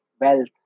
wealth